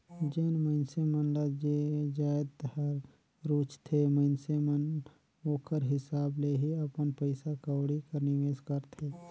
जेन मइनसे मन ल जे जाएत हर रूचथे मइनसे मन ओकर हिसाब ले ही अपन पइसा कउड़ी कर निवेस करथे